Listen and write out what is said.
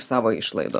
savo išlaidų